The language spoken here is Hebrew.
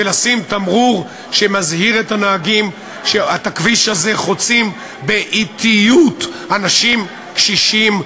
ולשים תמרור שמזהיר את הנהגים שאת הכביש הזה חוצים באטיות אנשים קשישים,